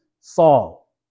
Saul